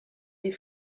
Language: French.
des